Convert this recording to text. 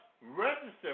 register